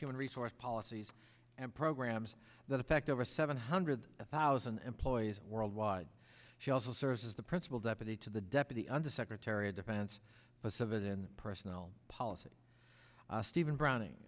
human resource policies and programs that affect over seven hundred thousand employees worldwide she also serves as the principal deputy to the deputy undersecretary of defense a civilian personnel policy stephen browning